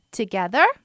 together